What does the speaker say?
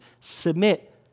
Submit